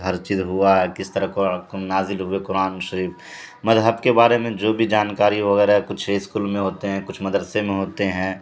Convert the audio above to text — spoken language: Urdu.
ہر چیز ہوا کس طرح نازل ہوئے قرآن شریف مذہب کے بارے میں جو بھی جانکاری وغیرہ کچھ اسکول میں ہوتے ہیں کچھ مدرسے میں ہوتے ہیں